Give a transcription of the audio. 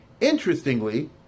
Interestingly